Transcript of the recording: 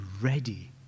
ready